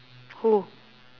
who